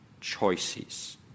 choices